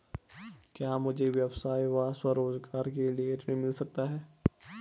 क्या मुझे व्यवसाय या स्वरोज़गार के लिए ऋण मिल सकता है?